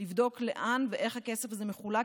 נבדוק לאן ואיך הכסף הזה מחולק,